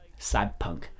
Cyberpunk